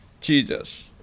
Jesus